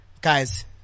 Guys